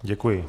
Děkuji.